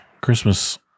Christmas